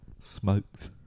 Smoked